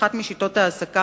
אחת משיטות ההעסקה